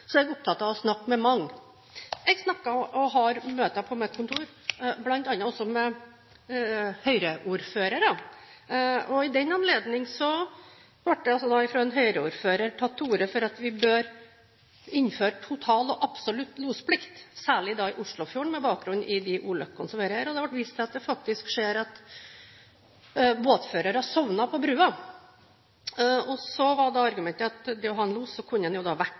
er jeg opptatt av å snakke med mange. Jeg snakker med og har møter på mitt kontor bl.a. også med Høyre-ordførere. I den anledning ble det fra en Høyre-ordfører tatt til orde for at vi bør innføre total og absolutt losplikt, særlig i Oslofjorden, med bakgrunn i de ulykkene som har vært. Det har vært vist til at det faktisk skjer at båtførere har sovnet på brua. Argumentet var at ved å ha en los kunne man vekke vedkommende. Argumentet var videre at det